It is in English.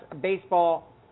baseball